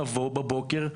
לבוא בבוקר,